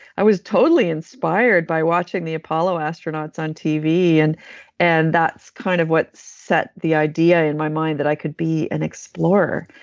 i was totally inspired by watching the apollo astronauts on tv. and and that's kind of what set the idea in my mind that i could be an explorer.